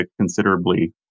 considerably